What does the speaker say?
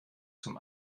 zum